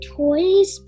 toys